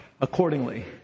accordingly